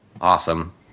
Awesome